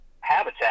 habitat